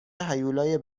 هیولای